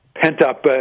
pent-up